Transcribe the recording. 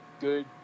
good